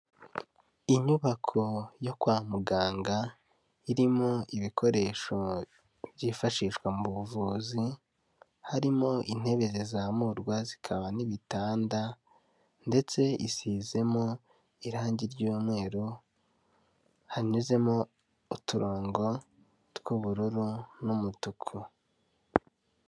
Inyubako yo kwa muganga, irimo ibikoresho byifashishwa mu buvuzi, harimo intebe zizamurwa zikaba n'ibitanda, ndetse isizemo irangi ry'umweru, hanyuzemo uturongo tw'ubururu n'umutuku.